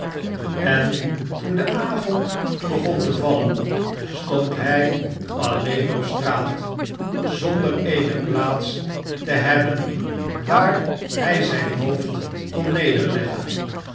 en toen de avond begon te vallen stond hij alleen op straat zonder eene plaats te hebben waar hij zijn hoofd kon